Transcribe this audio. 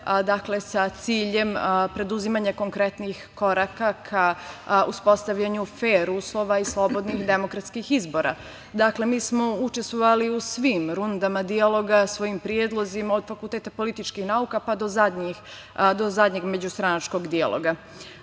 sve sa ciljem preduzimanja konkretnih koraka ka uspostavljanju fer uslova i slobodnih demokratskih izbora. Dakle, mi smo učestvovali u svim rundama dijaloga svojim predlozima, od Fakulteta političkih nauka pa do zadnjeg međustranačkog dijaloga. Nakon